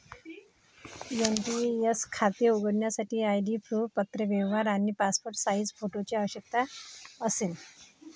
NPS खाते उघडण्यासाठी ID proof, पत्रव्यवहार आणि पासपोर्ट साइज फोटोची आवश्यकता असेल